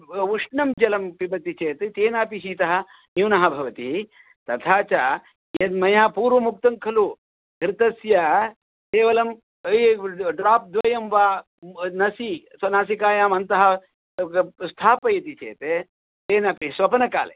उष्णं जलं पिबति चेत् तेनापि शीतः न्यूनः भवति तथा च यन्मया पूर्वमुक्तं खलु घृतस्य केवलं ड्रोप् द्वयं वा नसि नासिकायाम् अन्तः स्थापयति चेत् तेनापि स्वपनकाले